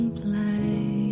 play